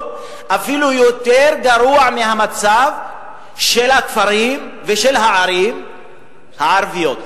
אפילו יותר גרוע מהמצב של הכפרים והערים הערביים.